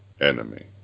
enemy